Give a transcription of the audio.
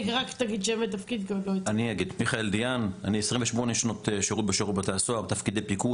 אני 28 שנים בשירות בתי הסוהר בתפקידי פיקוד,